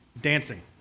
Dancing